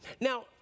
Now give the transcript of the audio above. Now